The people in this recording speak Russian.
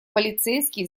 полицейские